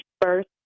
first